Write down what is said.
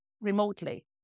remotely